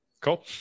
cool